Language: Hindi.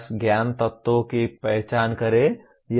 बस ज्ञान तत्वों की पहचान करें